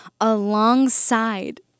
alongside